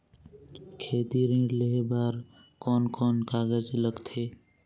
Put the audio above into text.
खेती ऋण लेहे बार कोन कोन कागज लगथे?